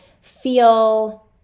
feel